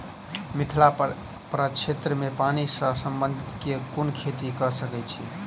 मिथिला प्रक्षेत्र मे पानि सऽ संबंधित केँ कुन खेती कऽ सकै छी?